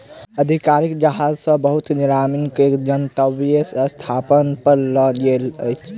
अधिकारी जहाज सॅ बहुत सामग्री के गंतव्य स्थान पर लअ गेल